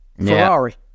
Ferrari